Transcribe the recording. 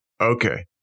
Okay